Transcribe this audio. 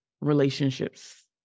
relationships